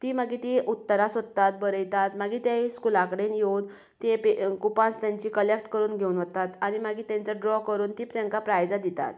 ती मागीर ती उत्तरां सोदतात बरयतात मागीर तेय स्कुला कडेन येवन तें कुपान्स तेचीं कलेक्ट करून घेवन वतात आनी मागीर तेंचो ड्रो करून तीं तेकां प्रायजां दितात